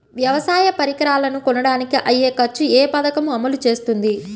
వ్యవసాయ పరికరాలను కొనడానికి అయ్యే ఖర్చు ఏ పదకము అమలు చేస్తుంది?